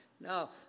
No